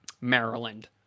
Maryland